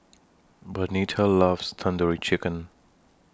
Bernetta loves Tandoori Chicken